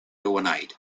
overnight